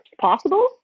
possible